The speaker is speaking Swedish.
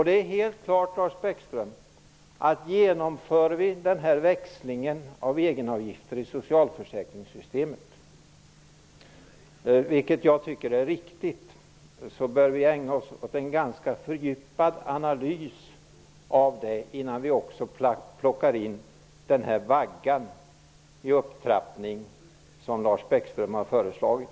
Det är helt klart, Lars Bäckström, att om vi genomför växlingen av egenavgifter i socialförsäkringssystemet, vilket jag tycker vore riktigt, bör vi ägna oss åt en ganska fördjupad analys innan vi plockar in den s.k. vaggan i upptrappning som Lars Bäckström har föreslagit.